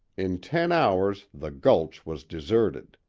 in ten hours the gulch was deserted.